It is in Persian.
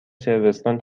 صربستان